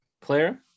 Claire